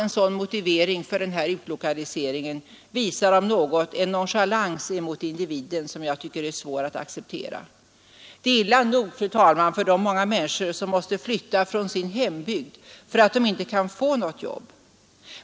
En sådan motivering för utlokaliseringen visar om något en nonchalans som är svår att acceptera. Det är illa nog, fru talman, för de många människor som måste flytta från sin hembygd för att de inte kan få något jobb.